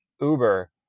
Uber